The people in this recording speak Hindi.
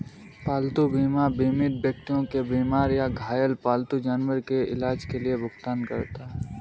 पालतू बीमा बीमित व्यक्ति के बीमार या घायल पालतू जानवर के इलाज के लिए भुगतान करता है